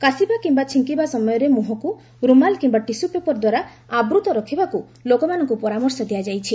କାଶିବା କିମ୍ବା ଛିଙ୍କିବା ସମୟରେ ମୁହଁକୁ ରୁମାଲ କିମ୍ବା ଟିସୁ ପେପର ଦ୍ୱାରା ଆବୃତ ରଖିବାକୁ ଲୋକମାନଙ୍କୁ ପରାମର୍ଶ ଦିଆଯାଇଛି